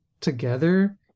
together